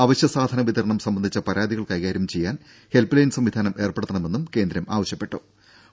അവശ്യ സാധന വിതരണം സംബന്ധിച്ച പരാതികൾ കൈകാര്യം ചെയ്യാൻ ഹെൽപ്പ്ലൈൻ സംവിധാനം ഏർപ്പെടുത്തണമെന്നും കേന്ദ്രം ആവശ്യപ്പെട്ടിട്ടുണ്ട്